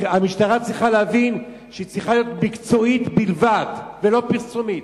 והמשטרה צריכה להבין שהיא צריכה להיות מקצועית בלבד ולא פרסומית.